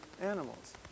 animals